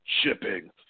shipping